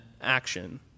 action